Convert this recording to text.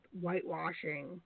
whitewashing